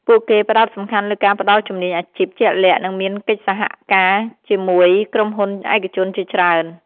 ពួកគេផ្ដោតសំខាន់លើការផ្ដល់ជំនាញអាជីពជាក់លាក់ និងមានកិច្ចសហការជាមួយក្រុមហ៊ុនឯកជនជាច្រើន។